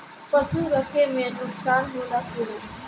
पशु रखे मे नुकसान होला कि न?